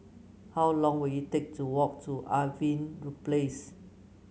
how long will it take to walk to Irving Place